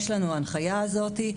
יש לנו ההנחיה הזאת.